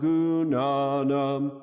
Gunanam